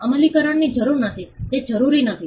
અમલીકરણની જરૂર નથી તે જરૂરી નથી